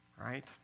right